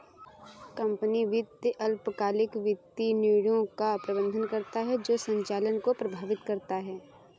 company वित्त अल्पकालिक वित्तीय निर्णयों का प्रबंधन करता है जो संचालन को प्रभावित करता है